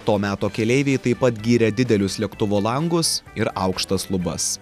to meto keleiviai taip pat gyrė didelius lėktuvo langus ir aukštas lubas